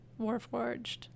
warforged